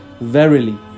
verily